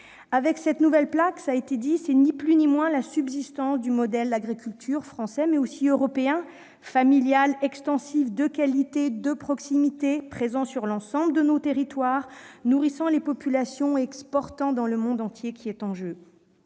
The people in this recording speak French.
Avec cette nouvelle PAC, cela a été dit, c'est ni plus ni moins la subsistance du modèle d'agriculture français, mais aussi européen, familial, extensif, de qualité et de proximité, présent sur l'ensemble de nos territoires, nourrissant les populations et exportant dans le monde entier, qui est en jeu.